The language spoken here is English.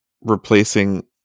replacing